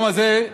היום הזה,